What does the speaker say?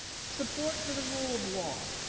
support for the rule of law,